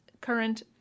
current